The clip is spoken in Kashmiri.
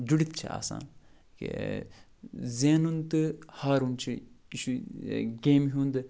جُڑِتھ چھِ آسان کہِ زینُن تہٕ ہارُن چھِ یہِ چھُ گیمہِ ہُنٛد